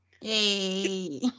Yay